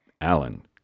Alan